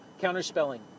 counterspelling